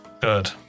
Good